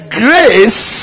grace